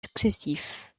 successifs